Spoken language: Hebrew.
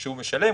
שהוא משלם.